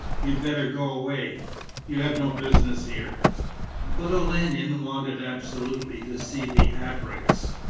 you'd better go away you have no business here but olenin wanted absolutely to see the abreks.